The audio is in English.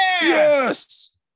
Yes